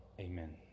Amen